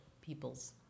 people's